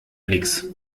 nix